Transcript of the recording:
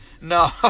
No